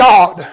God